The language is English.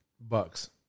Bucks